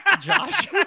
Josh